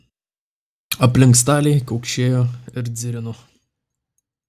aplink staliai kaukšėjo ir dzirino